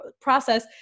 process